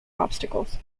obstacles